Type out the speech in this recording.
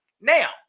Now